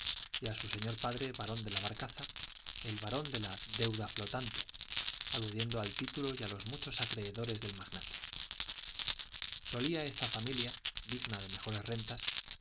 y a su señor padre barón de la barcaza el barón de la deuda flotante aludiendo al título y a los muchos acreedores del magnate solía esta familia digna de mejores rentas